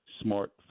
smart